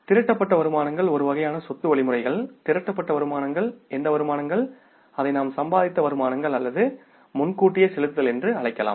திரட்டப்பட்ட வருமானங்கள் ஒரு வகையான சொத்து வழிமுறைகள் திரட்டப்பட்ட வருமானங்கள் எந்த வருமானங்கள் அதை நாம் சம்பாதித்த வருமானங்கள் அல்லது முன்கூட்டியே செலுத்துதல் என்று அழைக்கலாம்